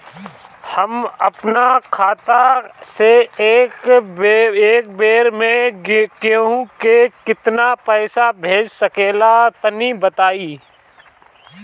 हम आपन खाता से एक बेर मे केंहू के केतना पईसा भेज सकिला तनि बताईं?